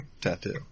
tattoo